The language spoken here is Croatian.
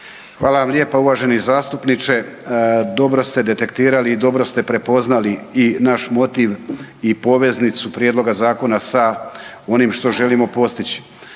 Hvala vam lijepa, uvaženi zastupniče. Dobro ste detektirali i dobro ste prepoznali i naš motiv i poveznicu prijedloga zakona sa onim što želimo postići.